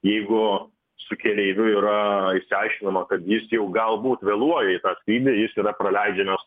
jeigu su keleiviu yra išsiaiškinama kad jis jau galbūt vėluoja į tą skrydį jis yra praleidžiamas